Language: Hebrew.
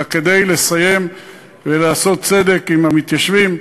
אלא כדי לסיים ולעשות צדק עם המתיישבים,